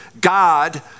God